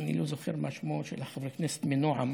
אני לא זוכר מה שמו של חבר הכנסת מנעם.